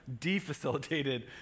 defacilitated